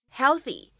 healthy